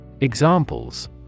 Examples